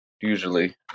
usually